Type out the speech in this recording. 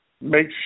Make